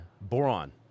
Boron